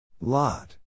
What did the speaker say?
Lot